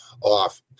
off